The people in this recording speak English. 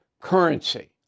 currency